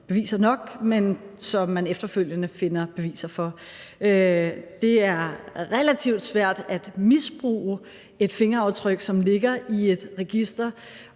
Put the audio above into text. beviser nok, men som man efterfølgende finder beviser for. Det er relativt svært at misbruge et fingeraftryk, som ligger i et register,